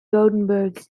gothenburg